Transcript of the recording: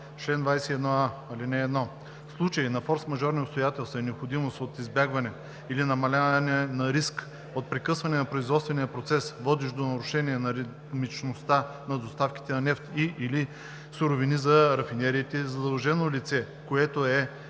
„Чл. 21а. (1) В случай на форсмажорни обстоятелства и необходимост от избягване или намаляване на риск от прекъсване на производствения процес, водещ до нарушаване на ритмичността на доставките на нефт и/или суровини за рафинериите, задължено лице, което е